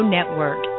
Network